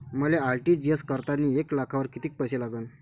मले आर.टी.जी.एस करतांनी एक लाखावर कितीक पैसे लागन?